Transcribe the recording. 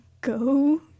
go